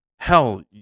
Hell